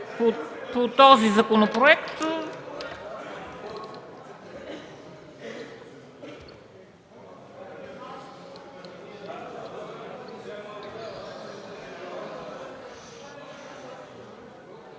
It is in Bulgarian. По този законопроект.